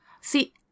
See